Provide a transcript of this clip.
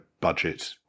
budget